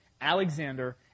alexander